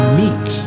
meek